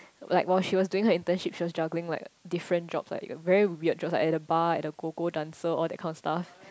like was she was doing her internship she was juggling like different job like very weird job at the bar at the go go dancer all that kind of stuff